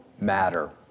matter